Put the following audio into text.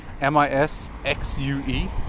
M-I-S-X-U-E